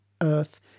earth